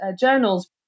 journals